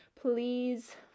please